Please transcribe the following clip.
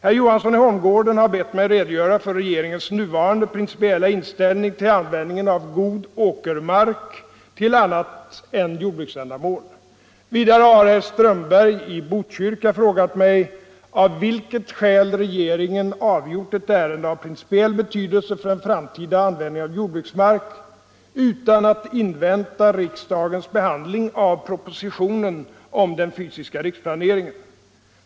Herr Johansson i Holmgården har bett mig redogöra för regeringens nuvarande principiella inställning till användning av god åkermark till annat än jordbruksändamål. Vidare har herr Strömberg i Botkyrka frågat mig av vilket skäl regeringen avgjort ett ärende av principiell betydelse för den framtida användningen av jordbruksmark utan att invänta riksdagens behandling av propositionen om den fysiska riksplaneringen.